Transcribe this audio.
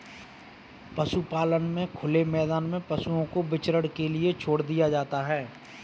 पशुपालन में खुले मैदान में पशुओं को विचरण के लिए छोड़ दिया जाता है